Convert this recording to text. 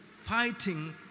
fighting